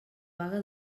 vaga